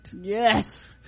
yes